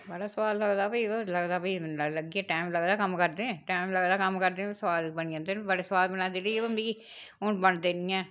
बड़ा सुआद लगदा भाई ओह्दा लगदा फ्ही लग्गी जंदा टैम लगदा कम्म करदे टैम लगदा कम्म करदे पर सुआद बनी जंदे न बड़े सुआद बनांदी रेही पर मी हून बनदे नी ऐ